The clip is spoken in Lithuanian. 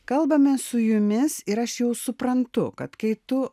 kalbamės su jumis ir aš jau suprantu kad kai tu